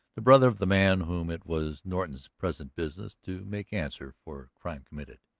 the brother of the man whom it was norton's present business to make answer for a crime committed.